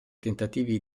tentativi